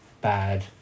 bad